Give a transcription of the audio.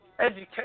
education